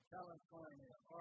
California